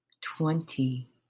twenty